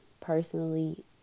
personally